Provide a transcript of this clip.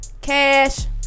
Cash